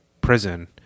prison